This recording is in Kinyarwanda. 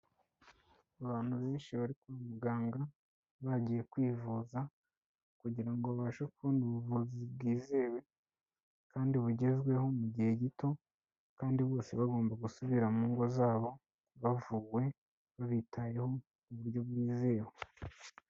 Abantu benshi bari kwa muganga, bagiye kwivuza kugira ngo babashe kubona ubuvuzi bwizewe kandi bugezweho mu gihe gito kandi bose bagomba gusubira mu ngo zabo bavuwe, babitayeho mu buryo bwizewe.